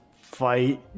fight